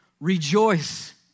Rejoice